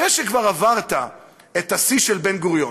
אחרי שכבר עברת את השיא של בן גוריון,